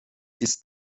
ist